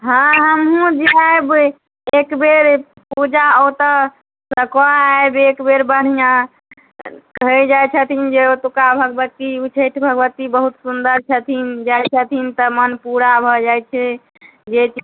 हँ हमहुँ जायब एकबेर पूजा ओतयसँ कऽ आयब एकबेर बढ़िआँ कहय जाइ छथिन जे ओतुका भगवती उच्चैठ भगवती बहुत सुन्दर छथिन जाइ छथिन तऽ मन पूरा भऽ जाइ छै जे